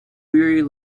query